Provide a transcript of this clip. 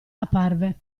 apparve